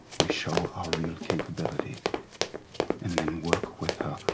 we show our real capability and then work with her,